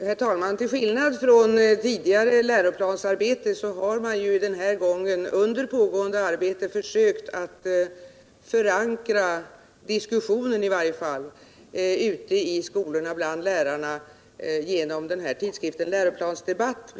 Herr talman! Till skillnad från tidigare läroplansarbete har man den här gången under pågående arbete försökt förankra planen i diskussionen ute i skolorna och bland lärarna, bl.a. genom tidskriften Läroplansdebatt.